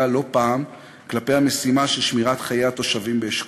לא פעם כלפי המשימה של שמירת חיי התושבים באשכול.